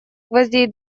гвоздей